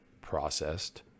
processed